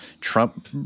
Trump